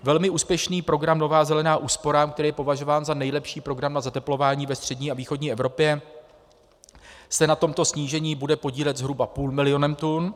Velmi úspěšný program Nová zelená úsporám, který je považován za nejlepší program na zateplování ve střední a východní Evropě, se na tomto snížení bude podílet zhruba půlmilionem tun.